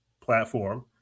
platform